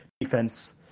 defense